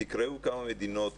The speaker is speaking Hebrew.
תקראו כמה מדינות